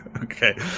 Okay